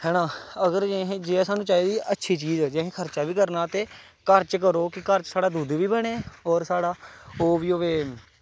है ना अगर जियां सानूं चाहिदी अच्छी चीज़ जे असीं खर्चा बी करना ते घर च करो कि घर च साढ़ै दुद्ध बी बनै होर साढ़ा ओह् बी होऐ